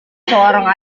seorang